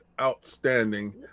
outstanding